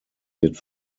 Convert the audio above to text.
wird